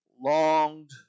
longed